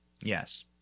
yes